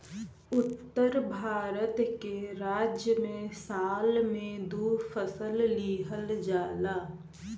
उत्तर भारत के राज्य में साल में दू फसल लिहल जाला